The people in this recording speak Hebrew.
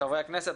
חברי הכנסת,